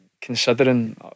considering